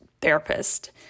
therapist